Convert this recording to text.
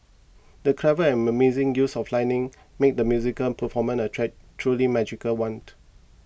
the clever and amazing use of lighting made the musical performance a track truly magical one